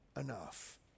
enough